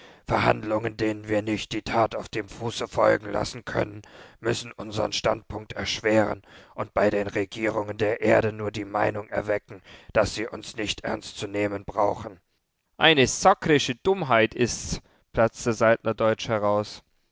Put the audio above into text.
verhandlungen denen wir nicht die tat auf dem fuße folgen lassen können müssen unsern standpunkt erschweren und bei den regierungen der erde nur die meinung erwecken daß sie uns nicht ernst zu nehmen brauchen eine sakrische dummheit ist's platzte saltner deutsch heraus